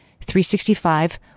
365